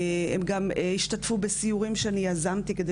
הם גם השתתפו בסיורים שאני יזמתי כדי